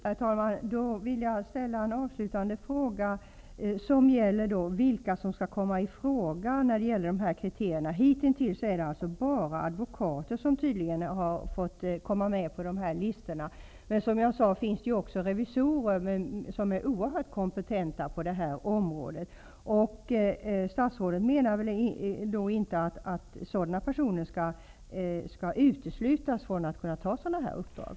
Herr talman! Då vill jag ställa en avslutande fråga: Vilka är det som skall komma i fråga när det gäller dessa kriterier? Hittills är det bara advokater som har fått komma med på dessa listor. Men som jag sade finns det även revisorer som är oerhört kompetenta på detta område. Statsrådet menar väl ändå inte att sådana personer skall uteslutas från att kunna få sådana här uppdrag?